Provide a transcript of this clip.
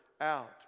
out